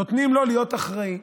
נותנים לו להיות אחראי.